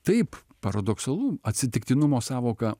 taip paradoksalu atsitiktinumo sąvoka